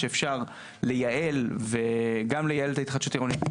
שאפשר גם לייעל את ההתחדשות העירונית,